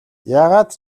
яагаад